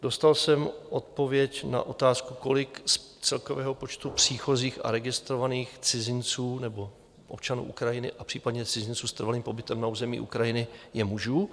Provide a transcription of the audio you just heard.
Dostal jsem odpověď na otázku, kolik z celkového počtu příchozích a registrovaných cizinců nebo občanů Ukrajiny a případně cizinců s trvalým pobytem na území Ukrajiny je mužů.